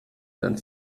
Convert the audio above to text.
dann